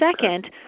second